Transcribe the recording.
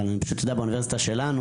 אבל אני פשוט יודע באוניברסיטה שלנו,